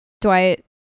Dwight